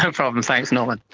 um problem, thanks norman.